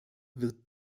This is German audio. wird